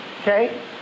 okay